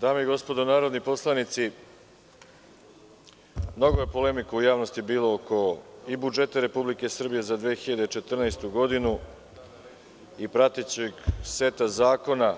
Dame i gospodo narodni poslanici, mnogo je polemika u javnosti bilo oko budžeta Republike Srbije za 2014. godinu i pratećeg seta zakona